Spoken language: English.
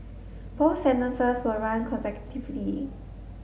both sentences will run consecutively